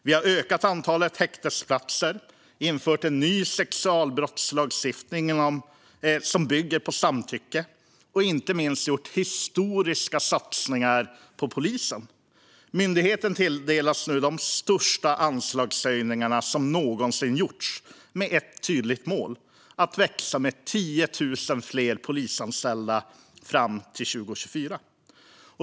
Vi har ökat antalet häktesplatser, infört en ny sexualbrottslagstiftning som bygger på samtycke och inte minst gjort historiska satsningar på polisen. Myndigheten tilldelas nu de största anslagshöjningar som någonsin gjorts med ett tydligt mål: att växa med 10 000 polisanställda fram till 2024.